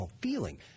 feeling